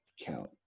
count